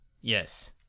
Yes